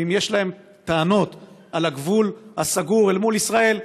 ואם יש להם טענות על הגבול הסגור אל מול ישראל,